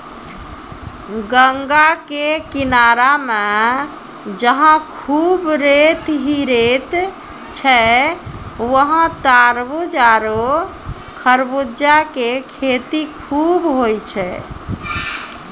गंगा के किनारा मॅ जहां खूब रेत हीं रेत छै वहाँ तारबूज आरो खरबूजा के खेती खूब होय छै